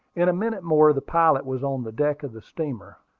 in a minute more the pilot was on the deck of the steamer.